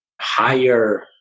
higher